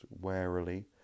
warily